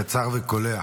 קצר וקולע.